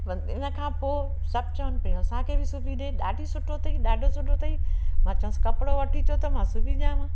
इन खां पोइ सभु चवनि पियूं असांखे बि सिबी ॾिए ॾाढी सुठो अथई ॾाढो सुठो अथई मां चयसि कपिड़ो वठी अचो त मां सिबी ॾियांव